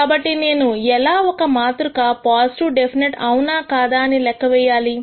కాబట్టి నేను ఎలా ఒక మాతృక పాజిటివ్ డెఫినెట్ అవునా కాదా అని లెక్క వేయాలి